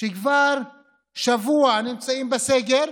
שכבר שבוע נמצאים בסגר,